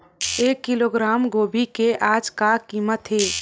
एक किलोग्राम गोभी के आज का कीमत हे?